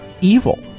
evil